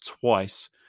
twice